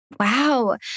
wow